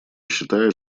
считает